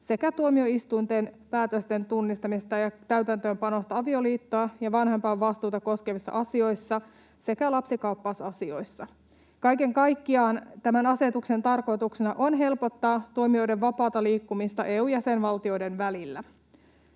sekä tuomioistuinten päätösten tunnistamisesta ja täytäntöönpanosta avioliittoa ja vanhempainvastuuta koskevissa asioissa sekä lapsikaappausasioissa. Kaiken kaikkiaan tämän asetuksen tarkoituksena on helpottaa toimijoiden vapaata liikkumista EU:n jäsenvaltioiden välillä.